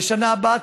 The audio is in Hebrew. בשנה הבאה,